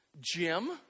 Jim